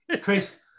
Chris